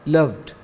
Loved